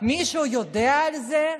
מישהו יודע על זה?